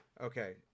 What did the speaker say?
Okay